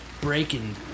breaking